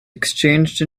exchanged